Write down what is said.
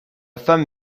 femme